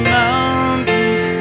mountains